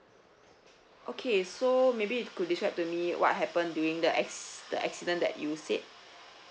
okay so maybe you could describe to me what happen during the s~ the accident that you said